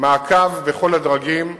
מעקב בכל הדרגים.